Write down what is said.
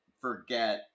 forget